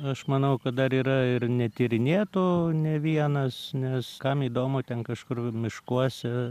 aš manau kad dar yra ir netyrinėtų ne vienas nes kam įdomu ten kažkur miškuose